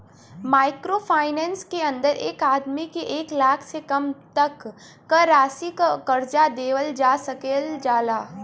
micro finance के अंदर एक आदमी के एक लाख से कम तक क राशि क कर्जा देवल जा सकल जाला